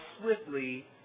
swiftly